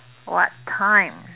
what time